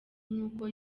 nk’uko